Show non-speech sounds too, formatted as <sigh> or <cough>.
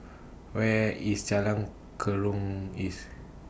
Where IS Jalan <unintelligible>